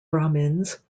brahmins